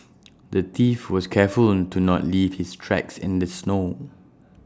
the thief was careful to not leave his tracks in the snow